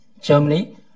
Germany